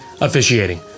officiating